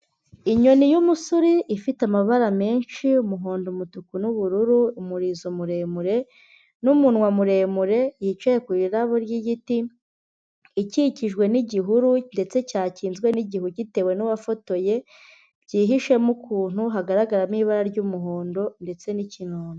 Inyoni y'umusure, ifite amabara menshi, y'umuhondo, umutuku, n'ubururu, umurizo muremure. n' numunwa muremure. Yicaye ku irabo ry'giti. Ikikijwe n'gihuru, ndetse cyakinzwe n'igihu gitewe n'uwafotoye. Byihishemo ukuntu, hagaragaramo ibara ry'umuhondo, ndetse n'kinono.